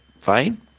fine